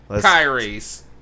Kyrie's